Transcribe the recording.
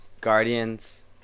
guardians